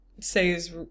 Say's